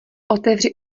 otevři